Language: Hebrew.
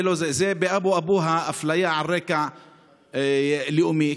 זה באבו-אבוה אפליה על רקע לאומי.